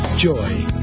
joy